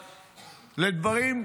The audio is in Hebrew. לדברים,